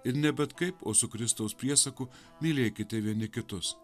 ir ne bet kaip o su kristaus priesaku mylėkite vieni kitus